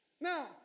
Now